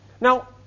Now